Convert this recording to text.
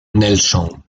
nelson